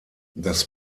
das